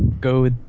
go